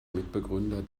mitbegründer